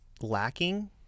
lacking